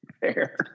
fair